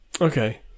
Okay